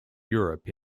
europe